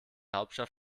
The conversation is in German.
hauptstadt